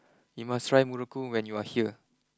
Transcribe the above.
you must try Muruku when you are here